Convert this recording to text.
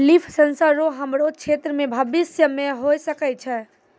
लिफ sensor रो हमरो क्षेत्र मे भविष्य मे होय सकै छै